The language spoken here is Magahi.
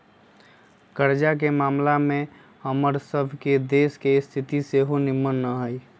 कर्जा के ममला में हमर सभ के देश के स्थिति सेहो निम्मन न हइ